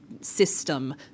system